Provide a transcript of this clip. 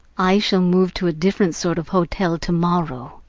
i shall move to a different sort of hotel to-morrow.